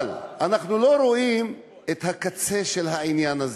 אבל אנחנו לא רואים את הקצה של העניין הזה,